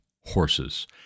horses